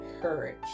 courage